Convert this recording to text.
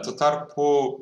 tuo tarpu